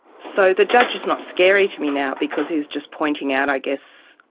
so the judge is not scary to me now because he is just pointing out, i guess,